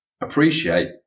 appreciate